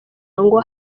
ngo